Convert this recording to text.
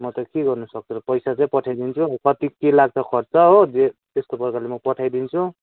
म त के गर्नु सक्छु र पैसा चाहिँ पठाइदिन्छु अब कति के लाग्छ खर्च हो जे त्यस्तो प्रकारले म पठाइदिन्छु